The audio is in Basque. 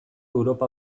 europa